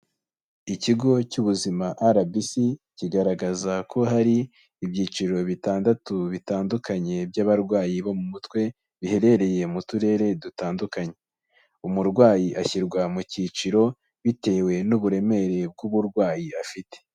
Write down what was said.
Ikigo cy'ubuzima RBC kigaragaza ko hari ibyiciro bitandatu bitandukanye by'abarwayi bo mu mutwe biherereye mu turere dutandukanye, umurwayi ashyirwa mu cyiciro bitewe n'uburemere bw'uburwayi afite.